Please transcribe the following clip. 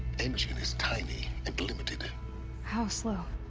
engine is tiny, and limited how slow?